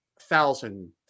thousand